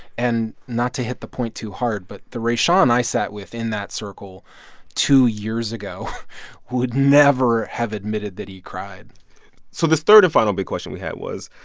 and not to hit the point too hard, but the rashawn i sat with in that circle two years ago would never have admitted that he cried so this third and final big question we had was,